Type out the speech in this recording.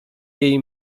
jej